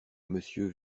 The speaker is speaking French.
monsieur